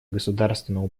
государственного